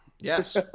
Yes